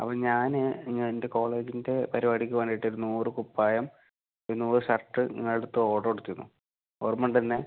അപ്പോൾ ഞാൻ എൻ്റെ കോളേജിൻ്റെ പരിപാടിക്ക് വേണ്ടിട്ടൊര് നൂറ് കുപ്പായം പിന്നെ നൂറ് ഷർട്ട് നിങ്ങടടുത്ത് ഓഡറ് കൊടുത്തിരുന്നു ഓർമയൊണ്ടെന്നെ